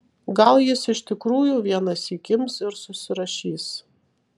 gal jis iš tikrųjų vienąsyk ims ir susirašys